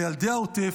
לילדי העוטף.